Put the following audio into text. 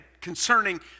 concerning